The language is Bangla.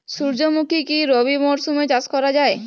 সুর্যমুখী কি রবি মরশুমে চাষ করা যায়?